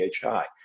PHI